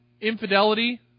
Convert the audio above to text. infidelity